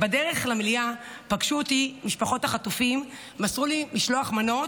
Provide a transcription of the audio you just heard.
בדרך למליאה פגשו אותי משפחות החטופים ומסרו לי משלוח מנות.